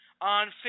on